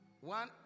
One